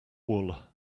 wool